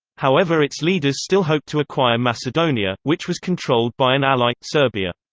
however its leaders still hoped to acquire macedonia, which was controlled by an ally, serbia.